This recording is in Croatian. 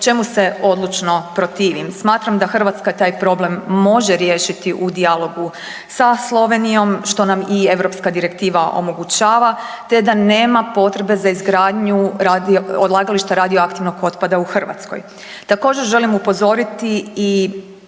čemu se odlučno protivim. Smatram da Hrvatska taj problem može riješiti u dijalogu sa Slovenijom što nam i europska direktiva omogućava te da nema potrebe za izgradnju odlagališta radioaktivnog otpada u Hrvatskoj. Također želim upozoriti da